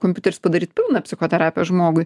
kompiuteris padaryt pilną psichoterapiją žmogui